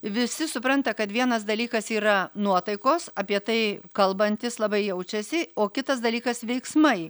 visi supranta kad vienas dalykas yra nuotaikos apie tai kalbantis labai jaučiasi o kitas dalykas veiksmai